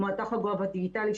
כמו הטכוגרף הדיגיטלי,